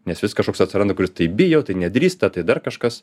nes vis kažkoks atsiranda kuris tai bijo tai nedrįsta tai dar kažkas